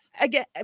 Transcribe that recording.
again